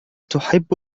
تحب